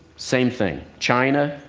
same thing. china,